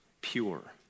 pure